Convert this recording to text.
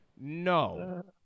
No